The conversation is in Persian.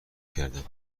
کردم